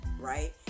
right